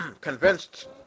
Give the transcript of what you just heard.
convinced